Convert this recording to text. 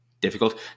difficult